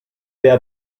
vea